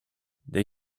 they